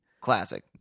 Classic